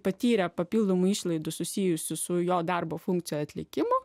patyrė papildomų išlaidų susijusių su jo darbo funkcijų atlikimo